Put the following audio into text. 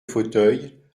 fauteuil